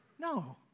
No